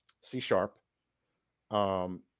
C-sharp